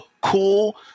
cool